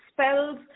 spells